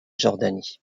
jordanie